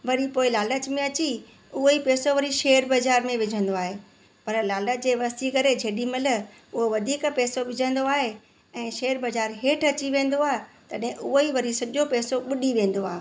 वरी पोइ लालच में अची उहा ई पेसो वरी शेयर बज़ारि में विझंदो आहे पर लालच जे वसी करे जेॾी महिल उहो वधीक पेसो विझंदो आहे ऐं शेयर बज़ारि हेठि अची वेंदो आहे तॾहिं उहो ई वरी सॼो पेसो ॿुॾी वेंदो आहे